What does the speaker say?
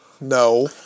No